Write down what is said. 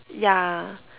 yeah